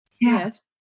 Yes